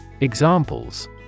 Examples